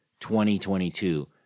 2022